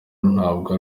ntabwo